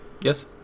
Yes